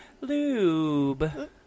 lube